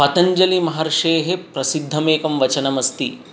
पतञ्जलिमहर्षेः प्रसिद्धमेकं वचनमस्ति